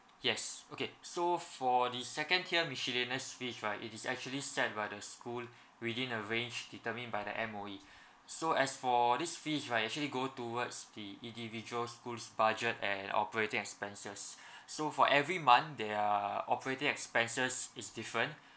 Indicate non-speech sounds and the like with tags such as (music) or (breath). yes okay so for the second tier miscellaneous fees right it is actually set by the school within a range determine by the M_O_E so as for this fees right actually go towards the individual schools budget and operating expenses (breath) so for every month their operating expenses is different